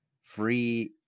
free